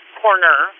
corner